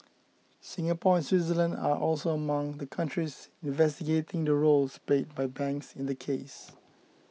Singapore and Switzerland are also among the countries investigating the roles played by banks in the case